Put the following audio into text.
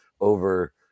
over